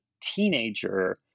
teenager